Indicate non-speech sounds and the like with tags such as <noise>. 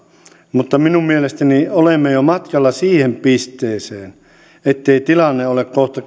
mutta minun mielestäni olemme jo matkalla siihen pisteeseen ettei tilanne ole kohta <unintelligible>